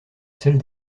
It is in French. celle